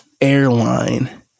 Airline